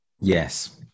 yes